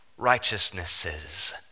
Righteousnesses